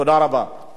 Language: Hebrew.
תודה, אדוני.